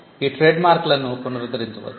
ఈ ట్రేడ్మార్క్లను పునరుద్ధరించవచ్చు